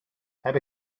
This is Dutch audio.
heb